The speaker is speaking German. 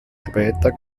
später